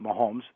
Mahomes